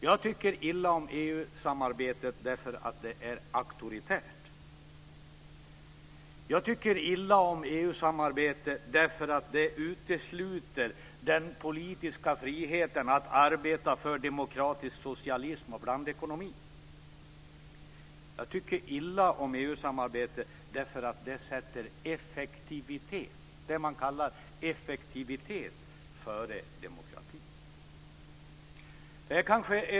Jag tycker illa om EU-samarbete därför att det är auktoritärt. Jag tycker illa om EU-samarbete därför att det utesluter den politiska friheten att arbeta för demokratisk socialism och blandekonomi. Jag tycker illa om EU samarbete därför att det sätter det som man kallar effektivitet före demokrati.